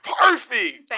perfect